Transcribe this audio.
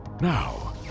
Now